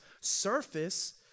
surface